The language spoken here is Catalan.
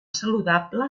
saludable